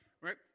Right